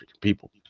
people